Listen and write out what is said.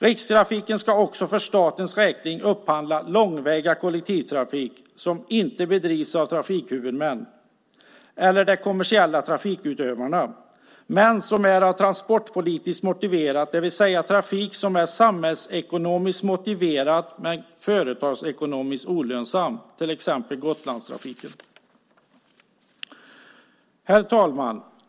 Rikstrafiken ska också för statens räkning upphandla långväga kollektivtrafik som inte bedrivs av trafikhuvudmän eller de kommersiella trafikutövarna men som är transportpolitiskt motiverade, det vill säga trafik som är samhällsekonomiskt motiverad men företagsekonomiskt olönsam, till exempel Gotlandstrafiken. Herr talman!